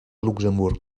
luxemburg